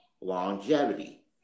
longevity